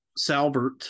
salbert